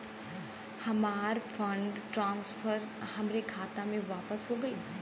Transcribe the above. हमार fund transfer हमरे खाता मे वापस हो गईल